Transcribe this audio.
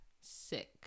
sick